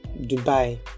dubai